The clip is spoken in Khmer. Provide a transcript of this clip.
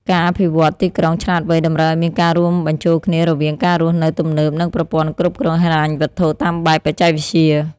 ការអភិវឌ្ឍន៍ទីក្រុងឆ្លាតវៃតម្រូវឱ្យមានការរួមបញ្ចូលគ្នារវាងការរស់នៅទំនើបនិងប្រព័ន្ធគ្រប់គ្រងហិរញ្ញវត្ថុតាមបែបបច្ចេកវិទ្យា។